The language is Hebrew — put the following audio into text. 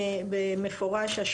אני אודה לאדוני אם יפנו אליי,